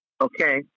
okay